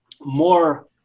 more